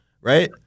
right